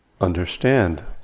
understand